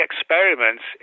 experiments